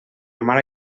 mala